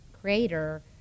creator